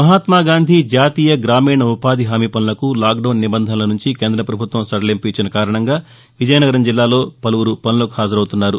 మహాత్మగాంధీ జాతీయ గ్రామీణ ఉపాధి హామీ పనులకు లాక్డౌన్ నిబంధనల నుంచి కేంద్ర ప్రభుత్వం సడలింపు ఇచ్చిన కారణంగా విజయనగరం జిల్లాలో పలువురు పనులకు హాజరవుతున్నారు